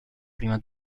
prima